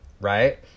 right